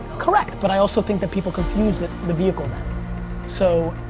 correct, but i also think that people confuse it, the vehicle then. so